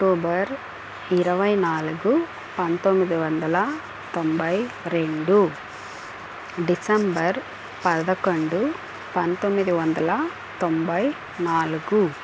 October ఇరవై నాలుగు పంతొమ్మిది వందల తొంభై రెండు డిసెంబర్ పదకొండు పంతొమ్మిది వందల తొంభై నాలుగు